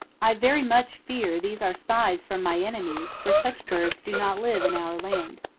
i very much fear these are spies from my enemies, for such birds do not live in our land.